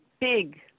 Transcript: big